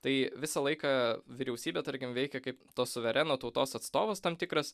tai visą laiką vyriausybė tarkim veikia kaip to suvereno tautos atstovas tam tikras